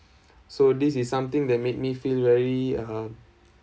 so this is something that made me feel very um